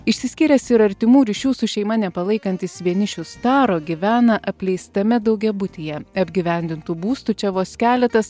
išsiskyręs ir artimų ryšių su šeima nepalaikantis vienišius taro gyvena apleistame daugiabutyje apgyvendintų būstų čia vos keletas